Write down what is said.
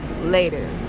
later